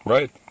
Right